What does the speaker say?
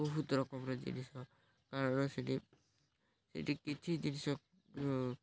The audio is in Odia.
ବହୁତ ରକମର ଜିନିଷ କାରଣ ସେଠି ସେଠି କିଛି ଜିନିଷ